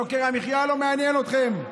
יוקר המחיה, לא מעניין אתכם.